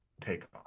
takeoff